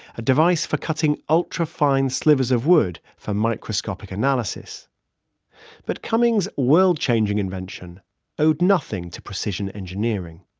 a device for cutting ultra-fine slivers of wood for microscopic analysis but cumming's world-changing invention owed nothing to precision engineering.